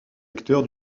acteur